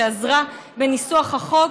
שעזרה בניסוח החוק.